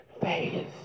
faith